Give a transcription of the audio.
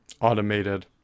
automated